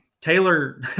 Taylor